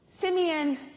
Simeon